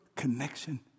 Connection